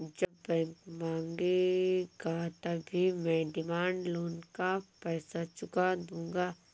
जब बैंक मांगेगा तभी मैं डिमांड लोन का पैसा चुका दूंगा